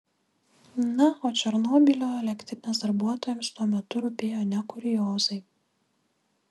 na o černobylio elektrinės darbuotojams tuo metu rūpėjo ne kuriozai